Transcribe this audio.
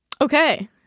okay